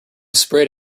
sprayed